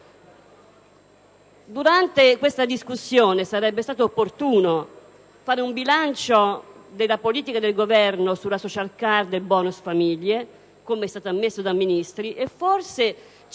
durante questa discussione sarebbe stato opportuno fare un bilancio delle politiche del Governo sulla *social card* e il *bonus* per le famiglie, come è stato ammesso dai Ministri, e forse